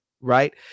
right